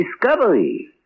discovery